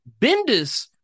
Bendis